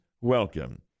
welcome